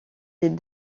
des